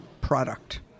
product